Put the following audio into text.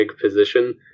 position